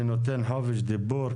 אני נותן חופש דיבור,